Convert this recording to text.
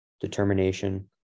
determination